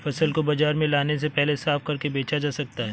फसल को बाजार में लाने से पहले साफ करके बेचा जा सकता है?